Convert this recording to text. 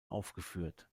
aufgeführt